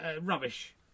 rubbish